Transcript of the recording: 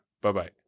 Bye-bye